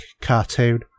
cartoon